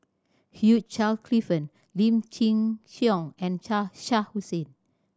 Hugh Charle Clifford Lim Chin Siong and Shah Hussain